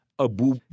Abu